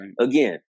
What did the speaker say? again